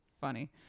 Funny